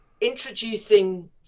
introducing